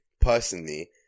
personally